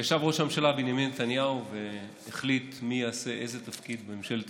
כשישב ראש הממשלה בנימין נתניהו והחליט מי יעשה איזה תפקיד בממשלת